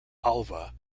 alva